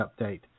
update